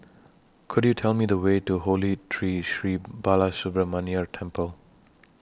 Could YOU Tell Me The Way to Holy Tree Sri Balasubramaniar Temple